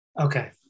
Okay